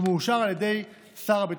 והוא מאושר על ידי שר הביטחון.